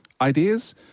Ideas